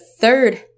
third